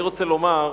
אני רוצה לומר,